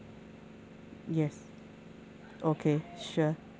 yes okay sure